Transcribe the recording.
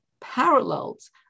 parallels